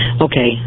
Okay